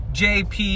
jp